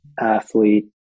athlete